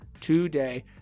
today